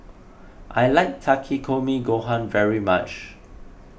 I like Takikomi Gohan very much